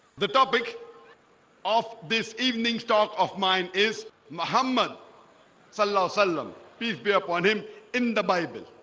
the topic of this evening stock of mine is mohamed salah salam. peace be upon him in the bible